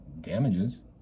damages